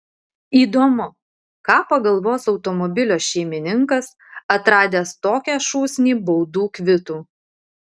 įdomu ką pagalvos automobilio šeimininkas atradęs tokią šūsnį baudų kvitų